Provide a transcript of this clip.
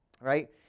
right